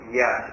yes